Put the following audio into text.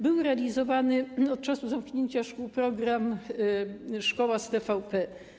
Był realizowany od czasu zamknięcia szkół program Szkoła z TVP.